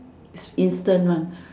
its instant one